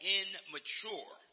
immature